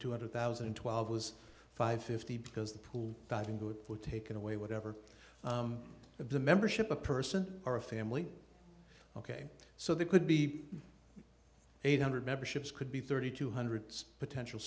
two hundred thousand and twelve was five fifty because the pool finding good for taking away whatever of the membership a person or a family ok so there could be eight hundred memberships could be thirty two hundred potential